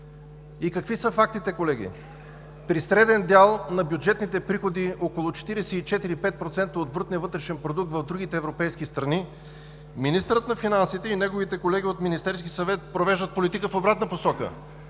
И какви са фактите, колеги? При среден дял на бюджетните приходи около 44 – 45% от брутния вътрешен продукт в другите европейски страни министърът на финансите и неговите колеги от Министерския съвет провеждат политика в обратна посока